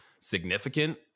significant